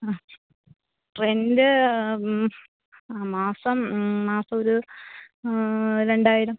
ആ റെന്റ് മാസം മാസം ഒരു രണ്ടായിരം